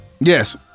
Yes